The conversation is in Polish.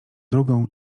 drugą